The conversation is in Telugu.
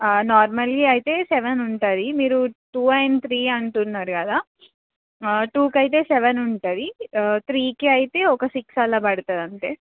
నార్మల్లీ అయితే సెవెన్ ఉంటుంది మీరు టూ అండ్ త్రీ అంటున్నారు కదా టూకి అయితే సెవెన్ ఉంటుంది త్రీకి అయితే ఒక సిక్స్ అలా పడుతుంది అంతే